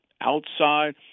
outside